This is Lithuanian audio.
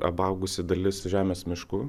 apaugusi dalis žemės miškų